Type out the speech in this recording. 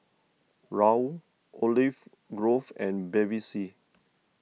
Raoul Olive Grove and Bevy C